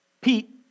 Pete